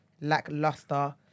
lackluster